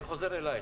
אני חוזר אליך,